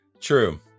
True